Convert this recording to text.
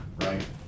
right